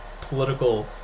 political